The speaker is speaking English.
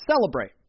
celebrate